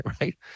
right